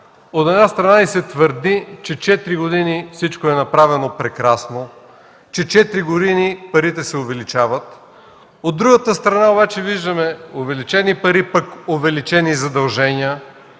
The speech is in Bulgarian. От една страна, се твърди, че четири години всичко е направено прекрасно, парите се увеличават. От друга страна обаче виждаме, че увеличени пари, пък увеличени задължения.